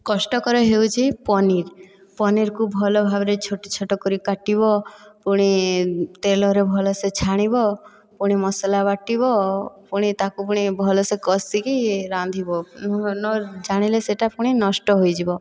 କଷ୍ଟକର ହେଉଛି ପନିର ପନିରକୁ ଭଲ ଭାବରେ ଛୋଟ ଛୋଟ କରି କାଟିବ ପୁଣି ତେଲରେ ଭଲସେ ଛାଣିବ ପୁଣି ମସଲା ବାଟିବ ପୁଣି ତାକୁ ପୁଣି ଭଲସେ କଷିକି ରାନ୍ଧିବ ନ ଜାଣିଲେ ସେହିଟା ପୁଣି ନଷ୍ଟ ହୋଇଯିବ